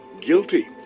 guilty